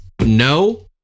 No